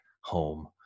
home